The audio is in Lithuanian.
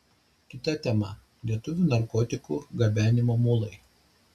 kita tema lietuvių narkotikų gabenimo mulai